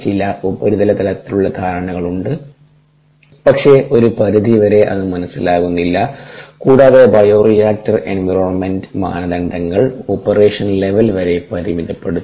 ചില ഉപരിതല തലത്തിലുള്ള ധാരണകളുണ്ട് പക്ഷേ ഒരു പരിധിവരെ അത് മനസ്സിലാകുന്നില്ല കൂടാതെ ബയോറിയാക്ടർ എൻവയോൺമെന്റ് മാനദണ്ഡങ്ങൾ ഓപ്പറേഷൻ ലെവൽ വരെ പരിമിതപ്പെടുത്തി